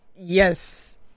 Yes